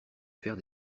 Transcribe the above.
faire